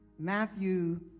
Matthew